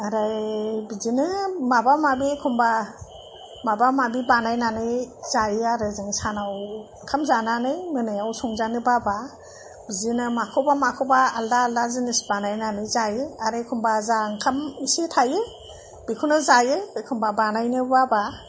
आरो बिदिनो माबा माबि एखमब्ला माबा माबि बानायनानै जायो आरो जों सानाव ओंखाम जानानै मोनायाव संजानो बाब्ला बिदिनो माखौबा माखौबा आलदा आलदा जिनिस बानायनानै जायो आरो एखमब्ला ओंखाम जा एसे थायो बेखौनो जायो एखमब्ला बानायनो बाब्ला